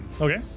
Okay